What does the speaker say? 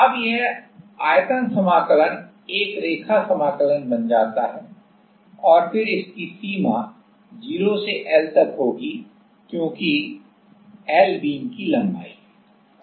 अब यह आयतन समाकलन एक रेखा समाकलन बन जाता है और फिर इसकी सीमा 0 से L तक होगी क्योंकि L बीम की लंबाई है